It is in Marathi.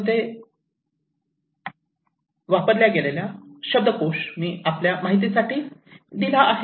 धन्यवाद मी तूमचा आभारी आहे